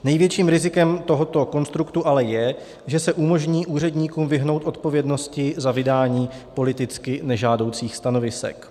Největším rizikem tohoto konstruktu ale je, že se umožní úředníkům vyhnout odpovědnosti za vydání politicky nežádoucích stanovisek.